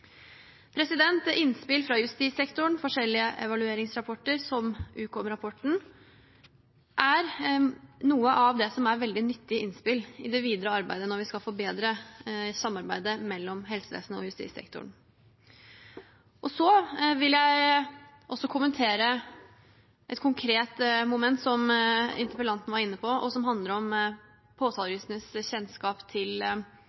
Innspill fra justissektoren, forskjellige evalueringsrapporter, som Ukom-rapporten, er noe av det som er veldig nyttige innspill i det videre arbeidet når vi skal forbedre samarbeidet mellom helsevesenet og justissektoren. Så vil jeg også kommentere et konkret moment som interpellanten var inne på, og som handler om påtalejuristenes kjennskap til